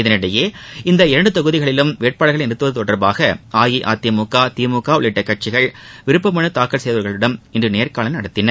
இதனிடையே இந்த இரண்டு தொகுதிகளிலும் வேட்பாளர்களை நிறுத்துவது தொடர்பாக அஇஅதிமுக திமுக உள்ளிட்ட கட்சிகள் விருப்பமனு தாக்கல் செய்துள்ளவர்களிடம் இன்று நேர்காணல் நடத்தியன